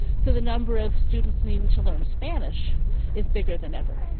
so the number of students needing to learn spanish is bigger than ever.